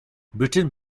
britain